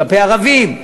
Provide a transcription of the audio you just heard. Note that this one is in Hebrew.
כלפי ערבים,